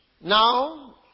Now